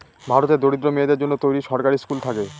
ভারতের দরিদ্র মেয়েদের জন্য তৈরী সরকারি স্কুল থাকে